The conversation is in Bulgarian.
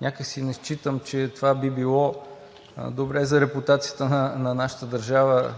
някак си не считам, че това би било добре за репутацията на нашата държава